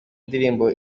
ndirimbo